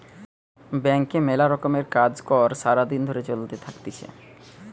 ব্যাংকে মেলা রকমের কাজ কর্ সারা দিন ধরে চলতে থাকতিছে